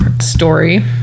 story